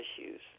issues